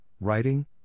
writing